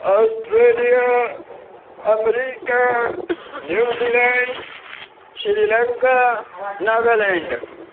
Australia America New Zealand Sri Lanka Naga land